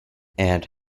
and